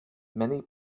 many